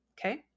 Okay